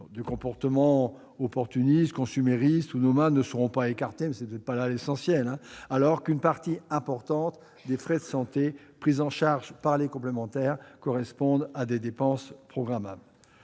Des comportements opportunistes, consuméristes ou nomades ne seront pas écartés, même si ce n'est pas là l'essentiel, alors qu'une partie importante des frais de santé pris en charge par les complémentaires correspondent à des dépenses programmables.